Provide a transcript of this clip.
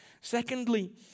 Secondly